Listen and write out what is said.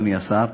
אדוני השר,